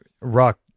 rock